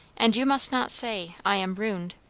and you must not say, i am ruined.